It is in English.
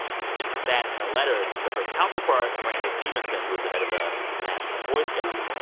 sent that in a letter to her counterpart, randall stephenson, who was the head of the national boy scouts.